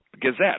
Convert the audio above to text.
gazette